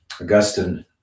Augustine